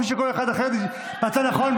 כפי שכל אחד אחר מצא לנכון,